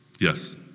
Yes